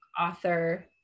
author